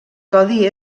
codi